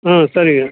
ம் சரிங்க